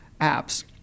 apps